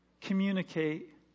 communicate